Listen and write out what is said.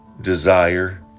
desire